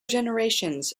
generations